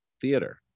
Theater